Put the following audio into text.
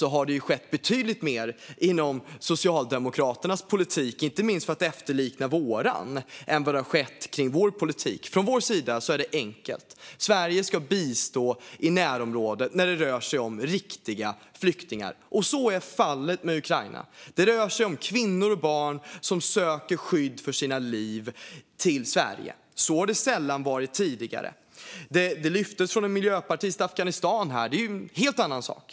Där har det skett betydligt mer inom Socialdemokraternas politik, inte minst för att efterlikna vår, än vad som har skett inom vår politik. Från vår sida är det enkelt: Sverige ska bistå i närområdet när det rör sig om riktiga flyktingar, och så är fallet med Ukraina. Det handlar om kvinnor och barn som söker skydd för sitt liv i Sverige. Så har det sällan varit tidigare. Afghanistan lyftes upp av en miljöpartist här, men det är en helt annan sak.